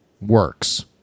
works